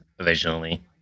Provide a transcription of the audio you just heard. Originally